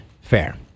Fair